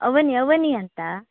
ಅವನಿ ಅವನಿ ಅಂತಾ